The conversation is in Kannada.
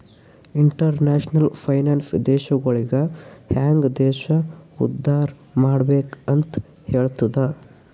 ಇಂಟರ್ನ್ಯಾಷನಲ್ ಫೈನಾನ್ಸ್ ದೇಶಗೊಳಿಗ ಹ್ಯಾಂಗ್ ದೇಶ ಉದ್ದಾರ್ ಮಾಡ್ಬೆಕ್ ಅಂತ್ ಹೆಲ್ತುದ